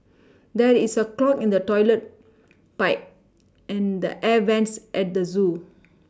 there is a clog in the toilet pipe and the air vents at the zoo